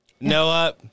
Noah